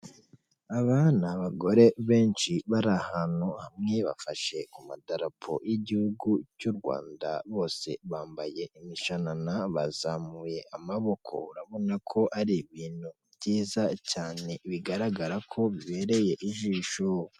Aba ni abagore benshi bari ahantu hamwe bafashe ku madarapo ry'igihugu cy'u Rwanda bose bambaye imishanana bazamuye amaboko, urabona ko ari ibintu byiza cyane bigaragara ko bibereye ijisho.